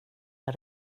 jag